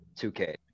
2K